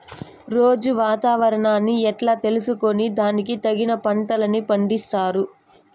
రోజూ వాతావరణాన్ని ఎట్లా తెలుసుకొని దానికి తగిన పంటలని పండిస్తారు?